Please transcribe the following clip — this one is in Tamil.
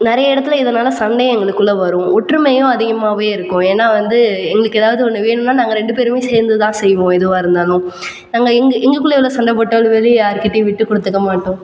நிறைய இடத்துல இதனால் சண்டையே எங்களுக்குள்ளே வரும் ஒற்றுமையும் அதிகமாகவே இருக்கும் ஏன்னால் வந்து எங்களுக்கு ஏதாவது ஒன்று வேணும்ன்னா நாங்கள் ரெண்டு பேரும் சேர்ந்து தான் செய்வோம் எதுவாக இருந்தாலும் நாங்கள் எங்கள் எங்களுக்குள்ளே எவ்வளோ சண்டை போட்டாலும் வெளியே யார்கிட்டையும் விட்டுக் கொடுத்துக்க மாட்டோம்